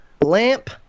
Lamp